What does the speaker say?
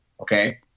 okay